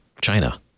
China